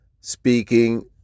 speaking